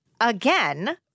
again